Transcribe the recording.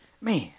Man